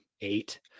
eight